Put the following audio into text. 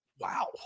Wow